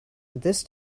this